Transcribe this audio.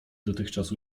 dotychczas